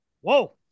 Whoa